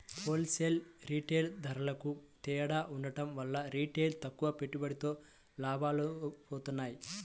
whole sale, retail ధరలకూ తేడా ఉండటం వల్ల రిటైల్లో తక్కువ పెట్టుబడితో లాభాలొత్తన్నాయి